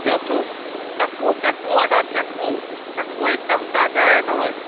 ॿियो सूफ़ चकू चकू वठो चकू चकू हिकदमु ताज़ा आहिया अथव